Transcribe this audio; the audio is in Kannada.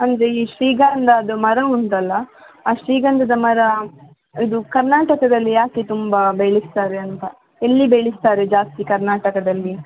ಅಂದರೆ ಈ ಶ್ರೀಗಂಧದ ಮರ ಉಂಟಲ್ಲ ಆ ಶ್ರೀಗಂಧದ ಮರ ಇದು ಕರ್ನಾಟಕದಲ್ಲಿ ಯಾಕೆ ತುಂಬ ಬೆಳೆಸ್ತಾರೆ ಅಂತ ಎಲ್ಲಿ ಬೆಳೆಸ್ತಾರೆ ಜಾಸ್ತಿ ಕರ್ನಾಟಕದಲ್ಲಿ